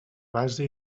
base